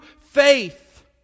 faith